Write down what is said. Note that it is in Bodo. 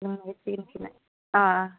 लोंहोनांसिगोन बिसोरनो अ